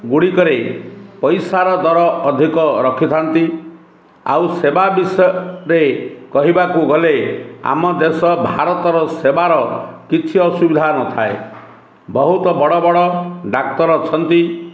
ଗୁଡ଼ିକରେ ପଇସାର ଦର ଅଧିକ ରଖିଥାନ୍ତି ଆଉ ସେବା ବିଷୟରେ କହିବାକୁ ଗଲେ ଆମ ଦେଶ ଭାରତର ସେବାର କିଛି ଅସୁବିଧା ନଥାଏ ବହୁତ ବଡ଼ ବଡ଼ ଡାକ୍ତର ଅଛନ୍ତି